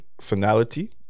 finality